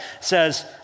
says